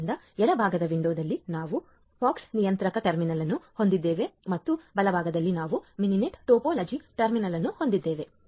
ಆದ್ದರಿಂದ ಎಡಭಾಗದ ವಿಂಡೋದಲ್ಲಿ ನಾವು ಪೋಕ್ಸ್ ನಿಯಂತ್ರಕ ಟರ್ಮಿನಲ್ ಅನ್ನು ಹೊಂದಿದ್ದೇವೆ ಮತ್ತು ಬಲಭಾಗದಲ್ಲಿ ನಾವು ಮಿನಿನೆಟ್ ಟೋಪೋಲಜಿ ಟರ್ಮಿನಲ್ ಅನ್ನು ಹೊಂದಿದ್ದೇವೆ